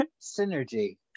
Synergy